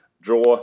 draw